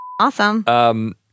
Awesome